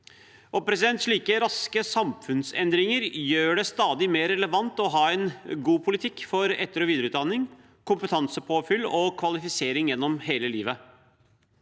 kompetanse. Slike raske samfunnsendringer gjør det stadig mer relevant å ha en god politikk for etter- og videreutdanning, kompetansepåfyll og kvalifisering gjennom hele livet.